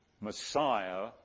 Messiah